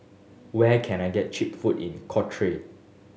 where can I get cheap food in